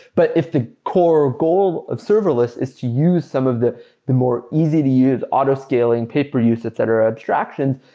but if the core goal of serverless is to use some of the the more easy to use autoscaling, pay-per-use, etc, abstraction,